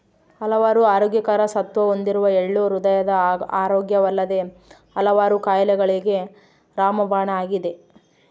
ಹಲವಾರು ಆರೋಗ್ಯಕರ ಸತ್ವ ಹೊಂದಿರುವ ಎಳ್ಳು ಹೃದಯದ ಆರೋಗ್ಯವಲ್ಲದೆ ಹಲವಾರು ಕಾಯಿಲೆಗಳಿಗೆ ರಾಮಬಾಣ ಆಗಿದೆ